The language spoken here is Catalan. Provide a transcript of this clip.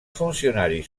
funcionaris